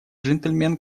джентльмен